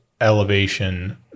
elevation